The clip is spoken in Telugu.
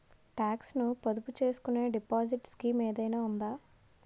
టాక్స్ ను పొదుపు చేసుకునే డిపాజిట్ స్కీం ఏదైనా ఉందా?